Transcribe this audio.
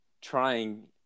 trying